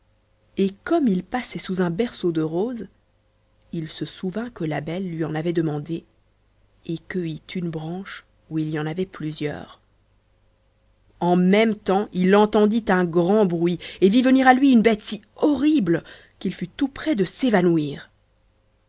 et comme il passait sous un berceau de roses il se souvint que la belle lui en avait demandé et cueillit une branche où il y en avait plusieurs en même tems il entendit un grand bruit et vit venir à lui une bête si horrible qu'il fut tout prêt de s'évanouir